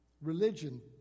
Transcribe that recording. Religion